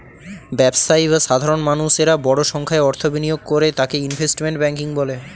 ব্যবসায়ী বা সাধারণ মানুষেরা বড় সংখ্যায় অর্থ বিনিয়োগ করে তাকে ইনভেস্টমেন্ট ব্যাঙ্কিং বলে